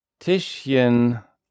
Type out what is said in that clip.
Tischchen